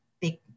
big